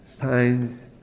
signs